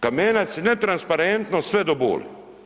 Kamenac netransparentno sve do boli.